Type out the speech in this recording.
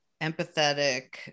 empathetic